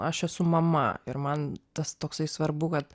aš esu mama ir man tas toksai svarbu kad